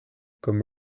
comme